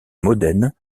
modène